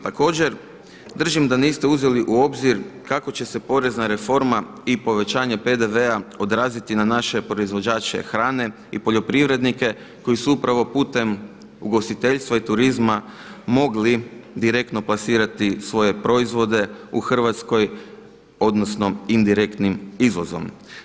Također držim da niste uzeli u obzir kako će se porezna reforma i povećanje PDV-a odraziti na naše proizvođače hrane i poljoprivrednike koji su upravo putem ugostiteljstva i turizma mogli direktno plasirati svoje proizvode u Hrvatskoj odnosno indirektnim izvozom.